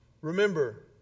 Remember